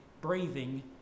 breathing